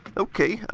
ok,